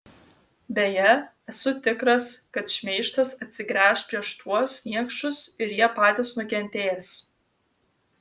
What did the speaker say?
beje esu tikras kad šmeižtas atsigręš prieš tuos niekšus ir jie patys nukentės